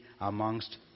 amongst